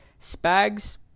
Spags